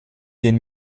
den